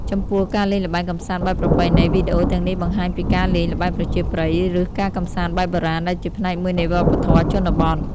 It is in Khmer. ចំពោះ ការលេងល្បែងកម្សាន្តបែបប្រពៃណី វីដេអូទាំងនេះបង្ហាញពីការលេង ល្បែងប្រជាប្រិយ ឬ ការកម្សាន្តបែបបុរាណ ដែលជាផ្នែកមួយនៃវប្បធម៌ជនបទ។